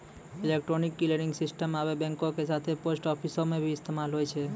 electronic clearing system आबे बैंको के साथे पोस्ट आफिसो मे भी इस्तेमाल होय छै